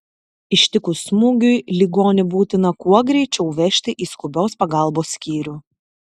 ištikus smūgiui ligonį būtina kuo greičiau vežti į skubios pagalbos skyrių